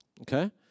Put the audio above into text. Okay